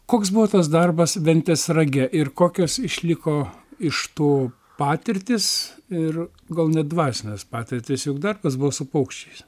koks buvo tas darbas ventės rage ir kokios išliko iš to patirtys ir gal net dvasinės patirtys juk darbas buvo su paukščiais